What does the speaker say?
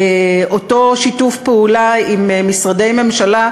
אותו שיתוף פעולה עם משרדי ממשלה,